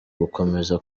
gukomeza